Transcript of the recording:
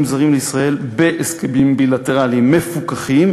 זרים לישראל בהסכמים בילטרליים מפוקחים,